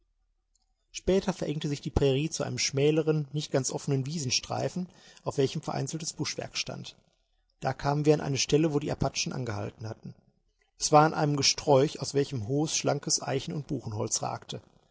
später verengte sich die prairie zu einem schmäleren nicht ganz offenen wiesenstreifen auf welchem vereinzeltes buschwerk stand da kamen wir an eine stelle wo die apachen angehalten hatten es war an einem gesträuch aus welchem hohes schlankes eichen und buchenholz ragte